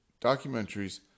documentaries